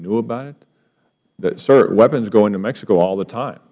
knew about it sir weapons go into mexico all the time